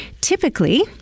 Typically